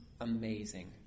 amazing